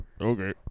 Okay